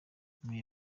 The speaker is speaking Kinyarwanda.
mwe